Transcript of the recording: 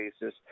basis